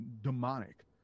demonic